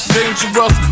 Dangerous